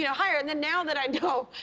you know higher. and then, now that i know,